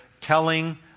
telling